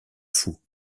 fou